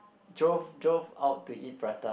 drove drove out to eat prata